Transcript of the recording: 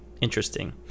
interesting